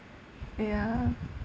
ya